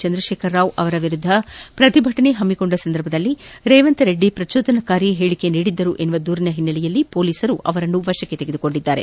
ಚಂದ್ರಶೇಖರ ರಾವ್ ಅವರ ವಿರುದ್ದ ಪ್ರತಿಭಟನೆ ಹಮ್ಮಿಕೊಂಡ ಸಂದರ್ಭದಲ್ಲಿ ರೇವಂತ್ ರೆಡ್ಡಿ ಪ್ರಚೋದನಕಾರಿ ಹೇಳಿಕೆ ನೀಡಿದ್ದರು ಎಂಬ ದೂರಿನ ಹಿನ್ನೆಲೆಯಲ್ಲಿ ಪೊಲೀಸರು ಅವರನ್ನು ವಶಕ್ಕೆ ತೆಗೆದುಕೊಂಡಿದ್ದಾರೆ